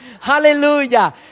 Hallelujah